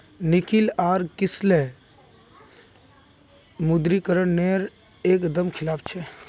Nikhil R Kislay विमुद्रीकरण नेर एक दम खिलाफ छे